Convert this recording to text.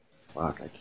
fuck